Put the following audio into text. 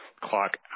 clock